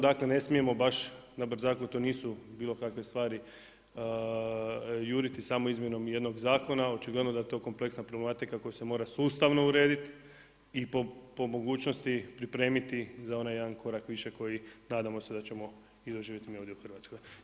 Dakle, ne smijemo baš na brzaka, to nisu bilo kakve stvari, juriti samo izmjenom jednog zakona, očigledno da je to kompleksna problematika koja se mora sustavno urediti i po mogućnosti pripremiti za onaj jedan korak više koji nadamo se da ćemo i doživjeti mi ovdje u Hrvatskoj.